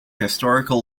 historical